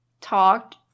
talked